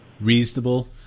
reasonable